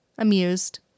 amused